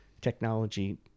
technology